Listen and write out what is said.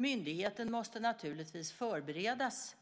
Myndigheten måste naturligtvis förberedas,